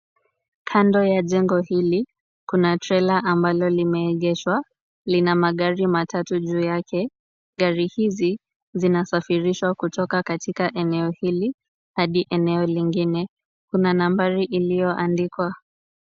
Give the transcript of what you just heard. Kando ya jengo hili kuna trela ambalo limeegeshwa. Lina magari matatu juu yake. Gari hizi zinasafirishwa kutoka katika eneo hili hadi eneo lingine. Kuna nambari iliyoandikwa.